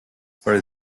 for